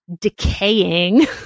Decaying